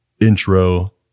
intro